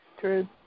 True